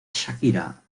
shakira